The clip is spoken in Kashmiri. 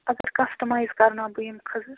اَگر کَسٹَمایِز کَرٕناو بہٕ یِم خٔزٕر